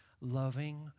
loving